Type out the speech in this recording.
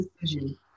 decision